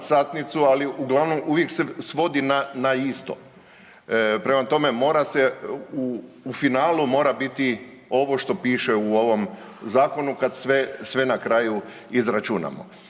ali uglavnom, uvijek se svodi na isto. Prema tome, mora se, u finalu mora biti ovo što piše u ovom zakonu kad sve na kraju izračunamo.